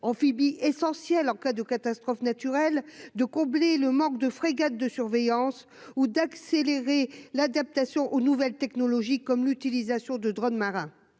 amphibie essentiels en cas de catastrophe naturelle de combler le manque de frégates de surveillance ou d'accélérer l'adaptation aux nouvelles technologies comme l'utilisation de drônes marins,